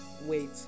Wait